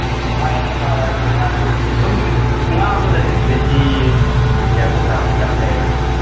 ꯍꯥꯏꯔ ꯃꯇꯨꯡ ꯐꯥ ꯍꯥꯏꯁꯦ ꯉꯥꯁꯦ ꯁꯨꯝ ꯉꯥ ꯑꯃꯗꯅꯦ ꯀꯦ ꯖꯤ ꯀꯌꯥꯃꯨꯛ ꯇꯥꯕꯒꯤ ꯆꯥꯡ ꯂꯩꯔꯅꯤ